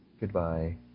Goodbye